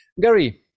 Gary